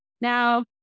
Now